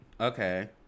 Okay